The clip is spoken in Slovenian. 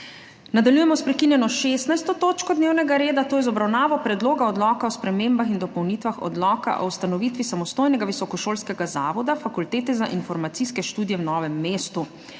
Nadaljujemo s prekinjeno 16. točko dnevnega reda, to je z obravnavo Predloga odloka o spremembah in dopolnitvah Odloka o ustanovitvi samostojnega visokošolskega zavoda Fakultete za informacijske študije v Novem mestu.